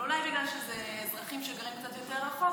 אבל אולי בגלל שאלה אזרחים שגרים קצת יותר רחוק,